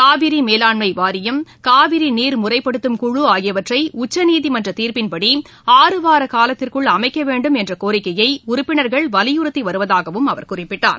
காவிரி மேலாண்மை வாரியம் காவிரி நீர் முறைப்படுத்தும் குழு ஆகியவற்றை உச்சநீதிமன்ற தீர்ப்பின் படி ஆறு வாரக் காலத்திற்குள் அமைக்க வேண்டும் என்ற கோரிக்கையை உறுப்பினர்கள் வலியுறத்தி வருவதாகவும் அவர் குறிப்பிட்டார்